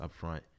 upfront